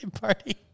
party